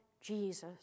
Jesus